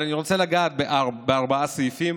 אבל אני רוצה לגעת בארבעה סעיפים